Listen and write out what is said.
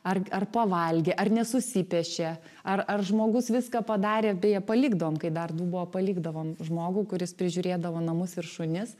ar ar pavalgė ar nesusipešė ar ar žmogus viską padarė beje palikdavom kai dar du buvo palikdavom žmogų kuris prižiūrėdavo namus ir šunis